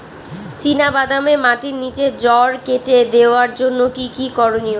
চিনা বাদামে মাটির নিচে জড় কেটে দেওয়ার জন্য কি কী করনীয়?